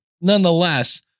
Nonetheless